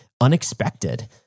unexpected